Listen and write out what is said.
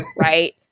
Right